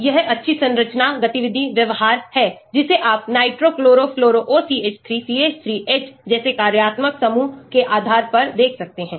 तो यह अच्छी संरचना गतिविधि व्यवहार है जिसे आप nitro chloro fluoro OCH3 CH3 H जैसे कार्यात्मक समूहों के आधार पर देख सकते हैं